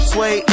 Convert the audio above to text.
Sway